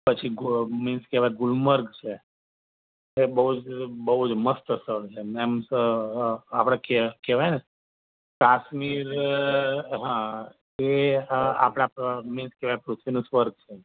પછી ગુ મિન્સ કહેવાય ગુલમર્ગ છે એ બહુ જ બહુ જ મસ્ત સ્થળ છે એમ સ અ આપણે કે કહેવાય ને કાશ્મીર હા તે આપણા મિન્સ કહેવાય પૃથ્વીનું સ્વર્ગ છે